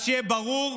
אז שיהיה ברור,